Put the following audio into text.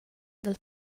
dal